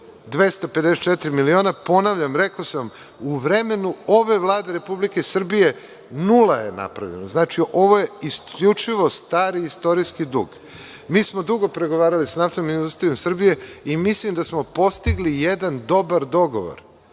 254 miliona. Ponavljam, rekao sam, u vremenu ove Vlade Republike Srbije nula je napravljena. Ovo je isključivo stari istorijski dug. Mi smo dugo pregovarali sa NIS-om i mislim da smo postigli jedan dobar dogovor.